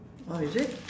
oh is it